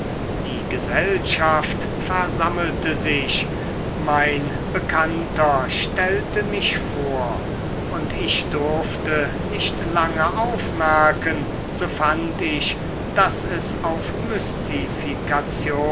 die gesellschaft versammelte sich mein bekannter stellte mich vor und ich durfte nicht lange aufmerken so fand ich daß es auf